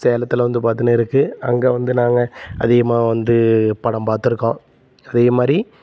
சேலத்தில் வந்து பார்த்துன்னு இருக்குது அங்கே வந்து நாங்கள் அதிகமாக வந்து படம் பார்த்துருக்கோம் அதே மாதிரி